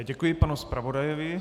Děkuji panu zpravodajovi.